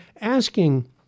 asking